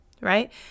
right